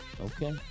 Okay